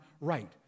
right